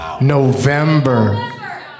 November